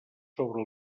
sobre